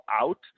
out –